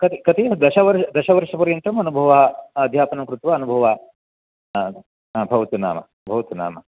कति कति दशवर्ष दशवर्षपर्यन्तं अनुभवः अध्यापनं कृत्वा अनुभवः भवतु नाम भवतु नाम